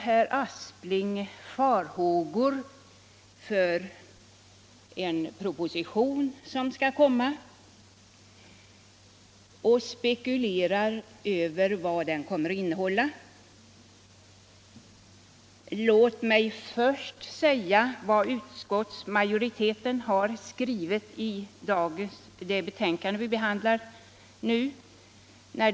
Herr Aspling uttalar vidare farhågor för en proposition som skall läggas fram och spekulerar över vad den kommer att innehålla. Låt mig först understryka vad utskottsmajoriteten har skrivit i det betänkande om folktandvården som vi nu behandlar.